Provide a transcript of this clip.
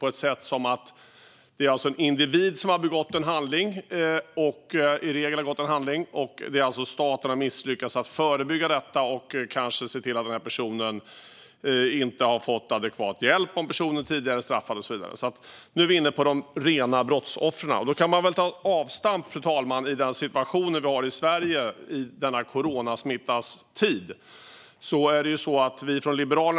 Det är i regel en individ som har begått en brottslig handling. Staten har då misslyckats med att förhindra detta och har kanske inte sett till att den personen har fått adekvat hjälp, ifall personen är straffad tidigare och så vidare. Men nu handlar det alltså om brottsoffren. Fru talman! Jag tar avstamp i den situation vi har i Sverige i dag, eftersom vi i coronasmittans tid ser hur våldet ökar, inte minst mot kvinnor som lever i parrelationer.